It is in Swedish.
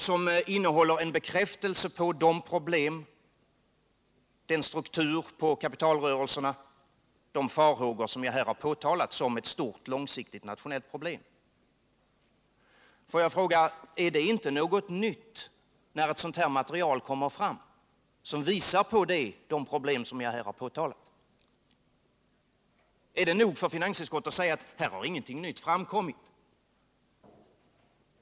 Det innehåller en bekräftelse på de problem, den struktur på kapitalrörelserna, de farhågor som jag här har påtalat som ett stort, långsiktigt nationellt problem. Får jag fråga: Är det inte något nytt när ett sådant material kommer fram som visar på de problem som jag här har påtalat? Är det nog för finansutskottet att säga att här har ingenting nytt framkommit?